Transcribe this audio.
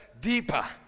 deeper